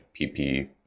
PP